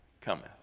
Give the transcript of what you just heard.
cometh